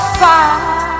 fight